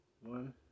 One